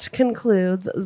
concludes